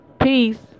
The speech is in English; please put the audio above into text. Peace